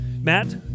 Matt